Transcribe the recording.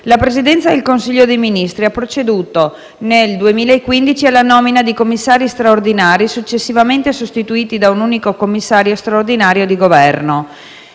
la Presidenza del Consiglio dei ministri ha proceduto, nel 2015, alla nomina di commissari straordinari, successivamente sostituiti da un unico commissario straordinario di Governo.